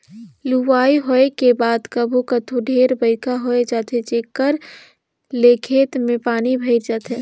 लुवई होए के बाद कभू कथों ढेरे बइरखा होए जाथे जेखर ले खेत में पानी भइर जाथे